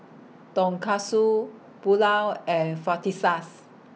Tonkatsu Pulao and